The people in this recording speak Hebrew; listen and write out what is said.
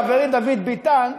חברי דוד ביטן,